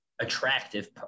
attractive